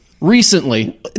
Recently